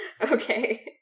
Okay